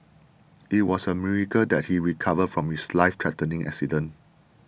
it was a miracle that he recovered from his life threatening accident